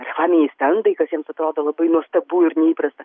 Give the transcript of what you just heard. mechaniniai stendai kas jiems atrodo labai nuostabu ir neįprasta